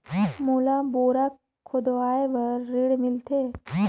मोला बोरा खोदवाय बार ऋण मिलथे?